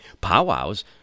Powwows